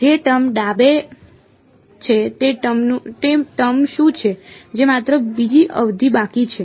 જે ટર્મ ડાબે છે તે ટર્મ શું છે જે માત્ર બીજી અવધિ બાકી છે